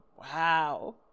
wow